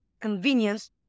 convenience